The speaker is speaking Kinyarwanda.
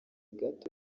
gato